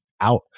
out